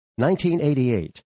1988